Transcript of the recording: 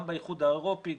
גם באיחוד האירופי,